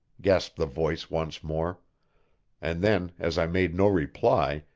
gasped the voice once more and then, as i made no reply,